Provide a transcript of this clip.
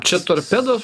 čia torpedos